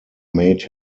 made